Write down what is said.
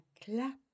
clap